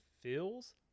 feels